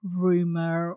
rumor